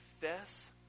confess